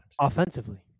Offensively